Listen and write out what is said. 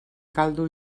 caldo